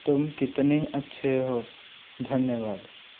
तुम कितने अच्छे हो धन्यवाद